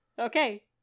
Okay